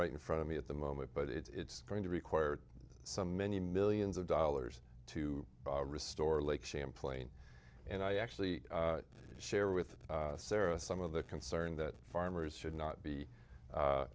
right in front of me at the moment but it's going to require some many millions of dollars to restore lake champlain and i actually share with sarah some of the concern that farmers should not be